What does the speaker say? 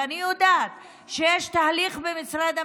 ואני יודעת שיש תהליך במשרד המשפטים.